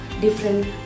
different